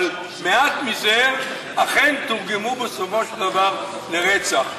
אבל מעט מזה אכן תורגמו בסופו של דבר לרצח.